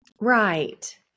Right